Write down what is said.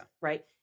right